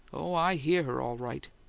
oh, i hear her, all right!